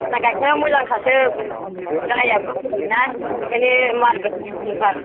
होमब्लालाय गाइखेरा मोजांखासो गाया बुरिबायना ओंखायनो मार गोनांथार